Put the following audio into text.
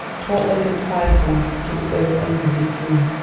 tall oaken sideboards stood at both ends of this room,